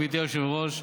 גברתי היושבת-ראש,